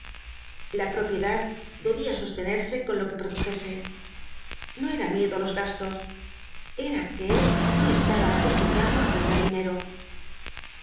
la propiedad debía sostenerse con lo que produjese no era miedo á los gastos era que él no estaba acostumbrado á perder dinero